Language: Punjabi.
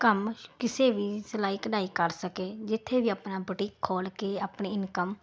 ਕੰਮ ਕਿਸੇ ਵੀ ਸਿਲਾਈ ਕਢਾਈ ਕਰ ਸਕੇ ਜਿੱਥੇ ਵੀ ਆਪਣਾ ਬੁਟੀਕ ਖੋਲ ਕੇ ਆਪਣੀ ਇਨਕਮ